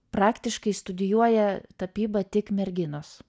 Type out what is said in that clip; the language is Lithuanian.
praktiškai studijuoja tapybą tik merginos